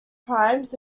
primes